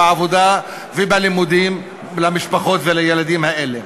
בעבודה ובלימודים של המשפחות ושל הילדים האלה.